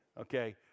Okay